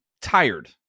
tired